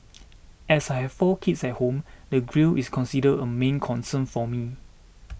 as I have four kids at home the grille is considered a main concern for me